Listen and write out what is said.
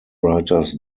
writers